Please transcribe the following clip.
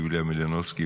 יוליה מלינובסקי,